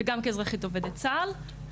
וגם כאזרחית עובדת צהל.